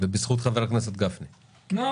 זה בזכות חבר הכנסת גפני.